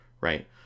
right